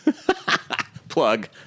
Plug